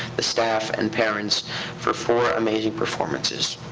the staff, and parents for four amazing performances.